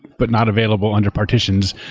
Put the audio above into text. but not available under partitions.